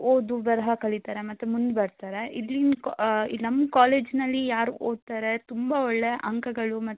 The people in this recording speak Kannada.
ಓದು ಬರಹ ಕಲಿತಾರೆ ಮತ್ತು ಮುಂದೆ ಬರ್ತಾರೆ ಇದ್ರಿಂದ ಕೊ ಇಲ್ಲಿ ನಮ್ಮ ಕಾಲೇಜ್ನಲ್ಲಿ ಯಾರು ಓದ್ತಾರೆ ತುಂಬ ಒಳ್ಳೆಯ ಅಂಕಗಳು ಮತ್ತು